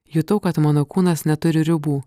jutau kad mano kūnas neturi ribų